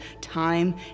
time